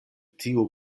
tiu